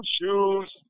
shoes